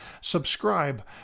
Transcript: subscribe